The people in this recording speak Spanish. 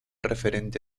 referente